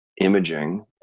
imaging